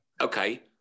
Okay